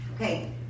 okay